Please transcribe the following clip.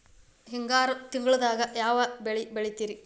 ಹಿಂಗಾರು ತಿಂಗಳದಾಗ ಯಾವ ಬೆಳೆ ಬೆಳಿತಿರಿ?